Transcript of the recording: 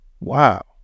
wow